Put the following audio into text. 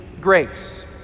grace